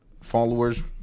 followers